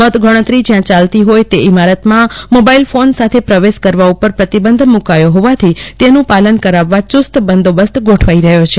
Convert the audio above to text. મતગણતરી જયાં ચાલતી હોય તે ઇમારતમાં મોબાઇલ ફોન સાથે પ્રવેશ કરવા ઉપર પ્રતિબંધ મુકાયો હોવાથી તેનું પાલન કરાવવા ચુસ્ત બંદોબસ્ત ગોઠવાઇ રહ્યો છે